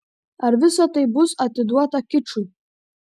ar visa tai bus atiduota kičui